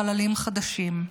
חללים חדשים,